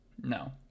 No